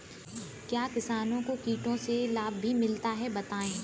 क्या किसानों को कीटों से लाभ भी मिलता है बताएँ?